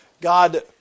God